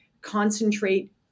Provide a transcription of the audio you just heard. concentrate